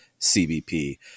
cbp